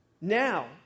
Now